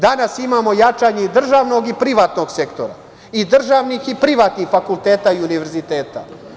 Danas imamo jačanje državnog i privatnog sektora i državnih i privatnih fakulteta i univerziteta.